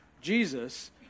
Jesus